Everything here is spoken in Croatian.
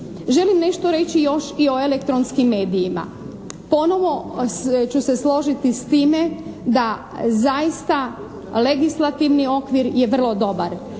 Želim nešto reći još i o elektronskim medijima. Ponovo ću se složiti s time da zaista legislativni okvir je vrlo dobar.